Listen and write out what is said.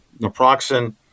naproxen